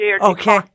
okay